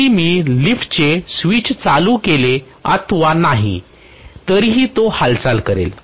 जरी मी लिफ्टचे स्विच चालू केले अथवा नाही तरीही तो हालचाल करेल